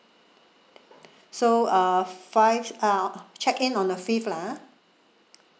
so uh five uh check in on the fifth lah ah